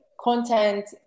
Content